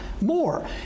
more